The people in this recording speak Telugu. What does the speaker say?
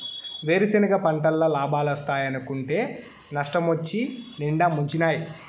వేరుసెనగ పంటల్ల లాబాలోస్తాయనుకుంటే నష్టమొచ్చి నిండా ముంచినాయి